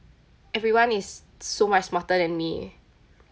everyone is so much smarter than me